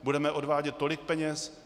Budeme odvádět tolik peněz?